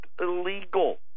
illegal